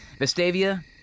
Vestavia